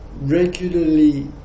regularly